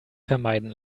vermeiden